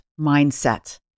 mindset